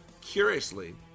curiously